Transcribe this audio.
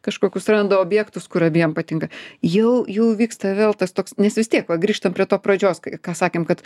kažkokius randa objektus kur abiem patinka jau jų vyksta vėl tas toks nes vis tiek va grįžtam prie to pradžios ką sakėm kad